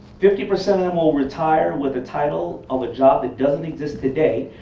fifty percent of them will retire with a title of a job that doesn't exist today.